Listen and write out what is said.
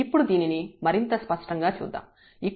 ఇప్పుడు దీనిని మరింత స్పష్టంగా చూద్దాం